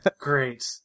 Great